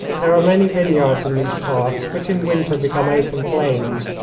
there are many vineyards in these parts which in winter become open plains,